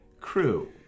crew